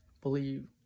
believe